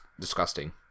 disgusting